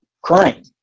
crying